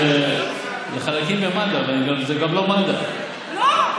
זה גם לא, לא.